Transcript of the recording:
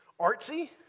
artsy